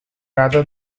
rather